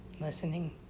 listening